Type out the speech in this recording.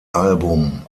album